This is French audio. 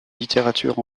littérature